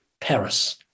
Paris